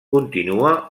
continua